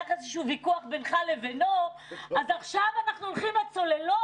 איזשהו ויכוח בינך לבינו אז עכשיו אנחנו הולכים לצוללות.